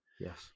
yes